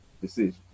decision